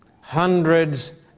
hundreds